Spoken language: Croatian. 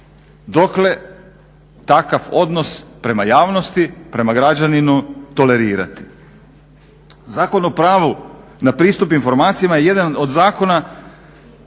Dokle takav odnos prema javnosti, prema građaninu tolerirati? Zakon o pravu na pristup informacijama je jedan od zakona